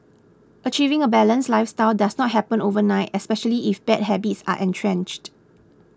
achieving a balanced lifestyle does not happen overnight especially if bad habits are entrenched